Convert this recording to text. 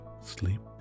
sleep